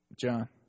John